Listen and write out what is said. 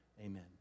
amen